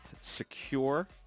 secure